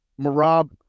Marab